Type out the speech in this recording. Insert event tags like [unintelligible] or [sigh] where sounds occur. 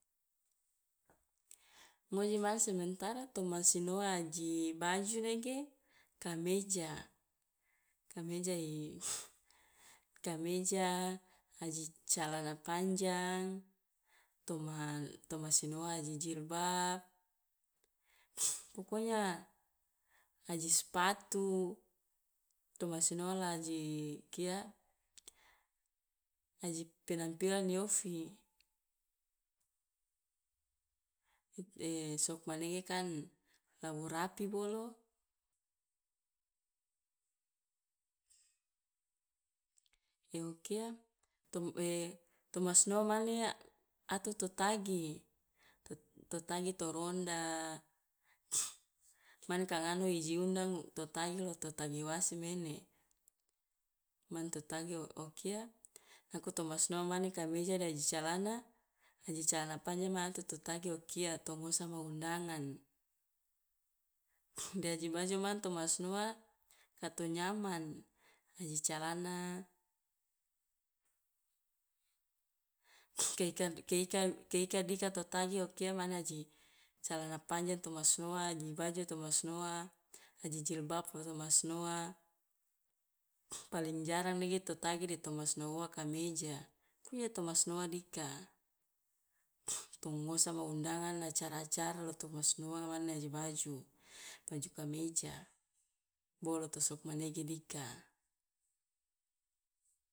Ngoji ma sementara to ma sinoa aji baju nege kameja, kameja i [noise] kameja aji calana panjang, toma to ma sinoa aji jilbab [noise] pokonya aji spatu toma sinoa la aji kia aji penampilan i ofi, [hesitation] sok manege kan la wo rapih bolo, de o kia tom- [hesitation] toma sinoa mane ato to tagi, to tagi to ronda [noise] man kangano i ji undang to tagi lo to tagi wasi mene man to tagi o o kia nako to ma sinoa mane kameja de aji calana, aji calana panjang ma tu to tagi o kia, to ngusama undangan de aji baju mane to ma sinoa ka to nyaman, aji calana, [noise] kei- ka kei- ka kei- ka dika to tagi o kia mane aji calana panjang to ma sinoa, aji baju to ma sinoa, aji jilbab lo to ma sinoa, paling jarang nege to tagi de to ma sinoa ua kameja [unintelligible] to ma sinoa dika. To ngosama undangan la acara acara la to ma sinoa mane aji baju, baju kameja. Boloto? Sokmanege dika.